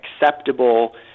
acceptable